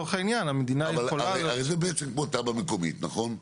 הרי זה בעצם כמו תב"ע מקומית, נכון?